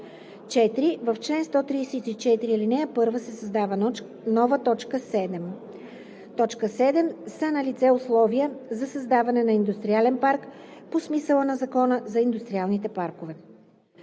4. В чл. 134, ал. 1 се създава нова т. 7: „7. са налице условията за създаване на индустриален парк по смисъла на Закона за индустриалните паркове.“